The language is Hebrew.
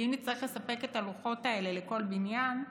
כי אם נצטרך לספק את הלוחות האלה לכל בניין,